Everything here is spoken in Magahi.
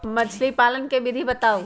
मछली पालन के विधि बताऊँ?